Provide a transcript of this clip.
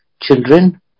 children